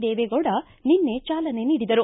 ದೇವೇಗೌಡ ನಿನ್ನೆ ಚಾಲನೆ ನೀಡಿದರು